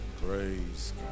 Praise